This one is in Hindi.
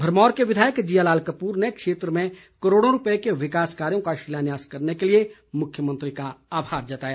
भरमौर के विधायक जियालाल कपूर ने क्षेत्र में करोड़ों रूपये के विकास कार्यो का शिलान्यास करने के लिए मुख्यमंत्री का आभार जताया